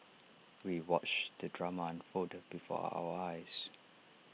we watched the drama unfold before our eyes